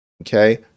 Okay